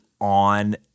on